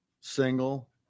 single